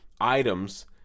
items